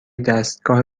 دستگاه